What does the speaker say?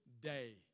day